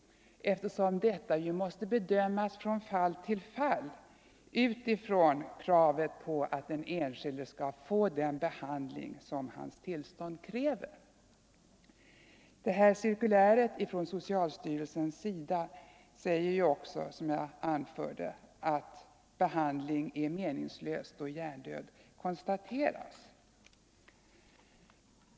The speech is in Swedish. Detta måste ju bedömas från fall till fall utifrån kravet att den enskilde skall få den behandling som hans tillstånd kräver. Cirkuläret från socialstyrelsen säger ju också — som jag tidigare sade — att behandling är meningslös då hjärndöd konstateras.